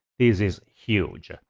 is is huge.